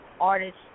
artists